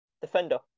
Defender